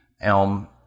Elm